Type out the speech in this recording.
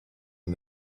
and